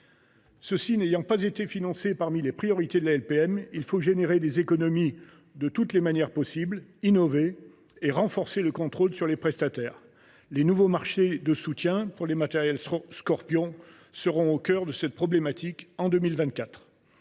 Cela n’ayant pas été financé parmi les priorités de la LPM, il est nécessaire de réaliser des économies de toutes les manières possibles, d’innover et de renforcer le contrôle sur les prestataires. Les nouveaux marchés de soutien pour les matériels du programme Scorpion seront au cœur de cette problématique en 2024.